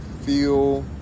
feel